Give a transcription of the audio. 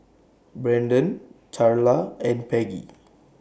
Brenden Charla and Peggy